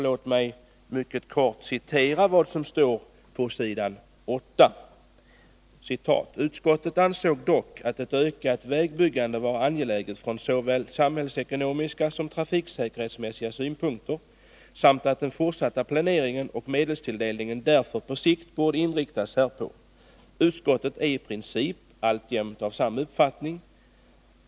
Låt mig mycket kort citera vad som står på s. 8: ”Utskottet ansåg dock ett ökat vägbyggande vara angeläget från såväl samhällsekonomiska som trafiksäkerhetsmässiga synpunkter samt att den fortsatta planeringen och medelstilldelningen därför på sikt borde inriktas härpå. Utskottet är i princip alltjämt av samma uppfattning.